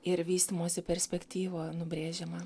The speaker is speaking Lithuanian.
ir vystymosi perspektyva nubrėžiama